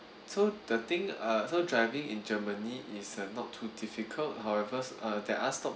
so the thing uh so driving in germany is uh not too difficult however uh there are stops